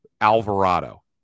Alvarado